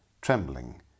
trembling